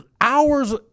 hours